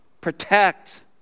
protect